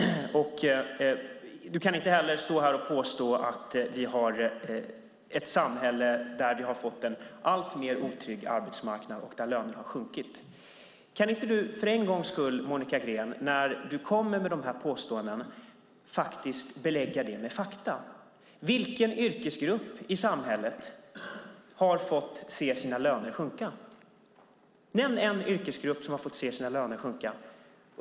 Du kan inte heller, Monica Green, påstå att vi har ett samhälle där vi har fått en alltmer otrygg arbetsmarknad och där lönerna har sjunkit. Kan du inte för en gångs skull, Monica Green, när du kommer med sådana påståenden belägga dem med fakta? Vilken yrkesgrupp i samhället har fått se sina löner sjunka? Nämn en yrkesgrupp som har fått se sina löner sjunka!